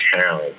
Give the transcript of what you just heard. town